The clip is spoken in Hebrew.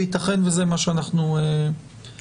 ויתכן שזה מה שאנחנו נעשה